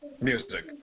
Music